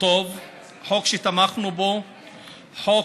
זכות נפלה בחלקך,